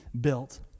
built